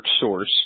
source